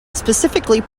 specifically